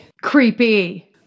Creepy